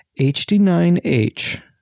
HD9H